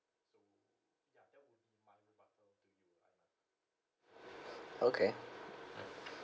okay